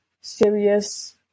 serious